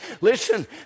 Listen